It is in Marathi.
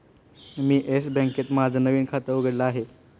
मी येस बँकेत माझं नवीन खातं उघडलं आहे